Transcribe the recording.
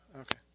Okay